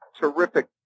terrific